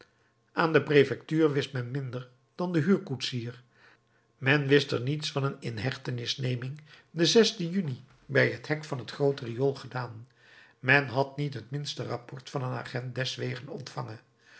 aan de prefectuur wist men minder dan de huurkoetsier men wist er niets van een inhechtenisneming den juni bij het hek van het groote riool gedaan men had niet het minste rapport van een agent deswege ontvangen